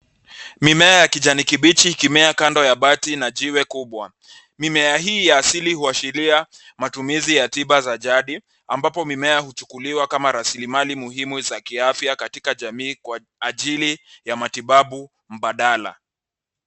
Mimea ya kijani kibichi ikimea kando ya bati na jiwe kubwa. Mimea hii ya asili huashiria matumizi ya tiba za jadi ambapo mimea huchukuliwa kama rasilimali muhimu za kiafya katika jamii kwa ajili ya matibabu mbadala.